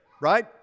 right